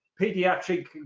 pediatric